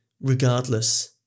regardless